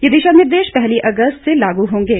ये दिशा निर्देश पहली अगस्त से लागू होंगे